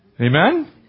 Amen